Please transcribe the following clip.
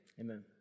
amen